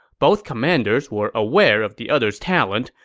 both commanders were aware of the other's talent,